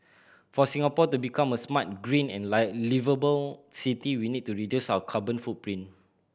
for Singapore to become a smart green and liveable city we need to reduce our carbon footprint